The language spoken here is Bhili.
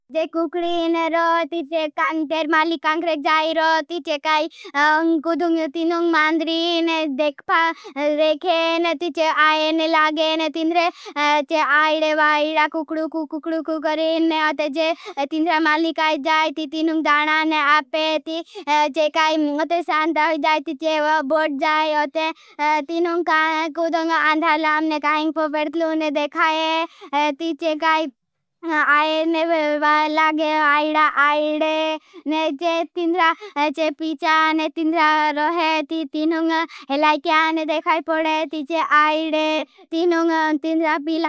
जे कुखडीन रो ती जे कांग तेर माली कांग रेख जाई रो ती। जे काई कुधुं ती नुंग मांधरीन देख भाव रेखेन ती जे आयन लागेन। ती जे आईड़े वाईड़ा कुखडु कुखडु कुखडु करेन जे। ती जे माली काई जाई ती ती नुंग दानान अप ती जे काई अथे। शान्त अहिजायं ती जे मेल जाई। यो ते ती नुंग कुधुं काई अन्धार लाम ने घाहिंग होचलू। ने देखाये ती जे काई आयन लागें आईड़ा आईड़े ने जे। पीचाँ चे तिंद्रा रोहे ती ती नुंग उस लाईक्या ने दे लाकते।